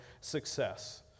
success